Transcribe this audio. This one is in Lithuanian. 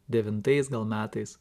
devintais gal metais